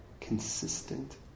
consistent